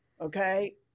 okay